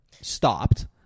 stopped